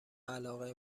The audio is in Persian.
علاقه